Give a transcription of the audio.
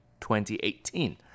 2018